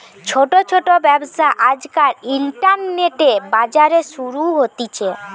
ছোট ছোট ব্যবসা আজকাল ইন্টারনেটে, বাজারে শুরু হতিছে